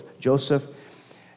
Joseph